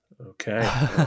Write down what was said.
okay